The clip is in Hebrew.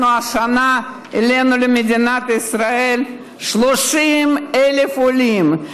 אנחנו השנה העלינו למדינת ישראל 30,000 עולים,